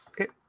okay